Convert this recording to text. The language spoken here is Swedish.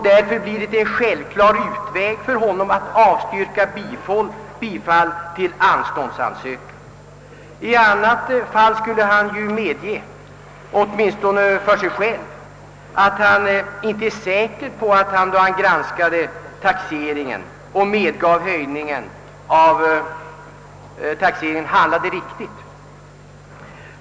Därför blir det en självklar utväg för honom att avstyrka bifall till anståndsansökan. I annat fall skulle han ju medge, åtminstone för sig själv, att han inte är säker på att han handlat riktigt då han efter granskningen av taxeringen medgav taxeringshöjning.